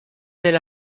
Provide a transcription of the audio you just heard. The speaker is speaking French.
del